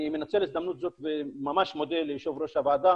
אני מנצל את ההזדמנות הזאת וממש מודה ליושב ראש הוועדה